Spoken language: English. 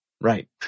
Right